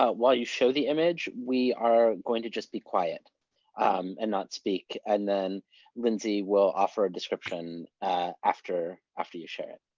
ah while you show the image, we are going to just be quiet and not speak, and then lindsay will offer a description after after you share it.